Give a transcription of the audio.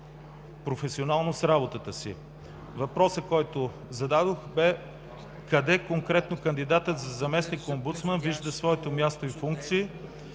професионално с работата си”. Въпросът, който зададох, бе: къде конкретно кандидатът за заместник-омбудсман вижда своето място и функции,